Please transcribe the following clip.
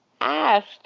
asked